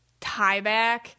tieback